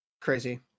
Crazy